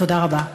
תודה רבה.